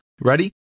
ready